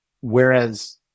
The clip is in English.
Whereas